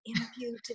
interviewed